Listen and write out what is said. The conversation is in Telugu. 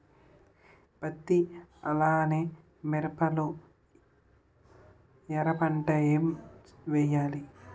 పత్తి అలానే మిరప లో ఎర పంట ఏం వేయాలి?